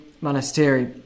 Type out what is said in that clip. monastery